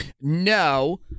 no